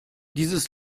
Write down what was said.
dieses